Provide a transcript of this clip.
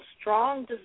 strong